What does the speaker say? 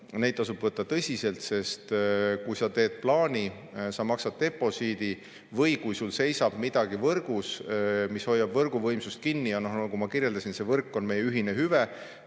asju tasub tõsiselt võtta. Kui sa teed plaani, siis sa maksad deposiidi. Või kui sul seisab midagi võrgus, mis hoiab võrgu võimsust kinni – nagu ma kirjeldasin, see võrk on meie ühine hüve